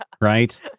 right